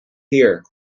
here